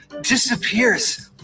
disappears